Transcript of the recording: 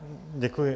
Děkuji.